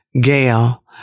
Gail